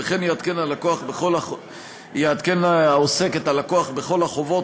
וכן יעדכן העוסק את הלקוח בכל החובות,